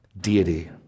deity